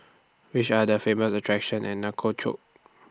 Which Are The Famous attractions in Nouakchott